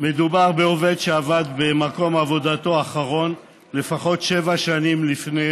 בעובד שעבד במקום עבודתו האחרון לפחות שבע שנים לפני